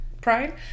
pride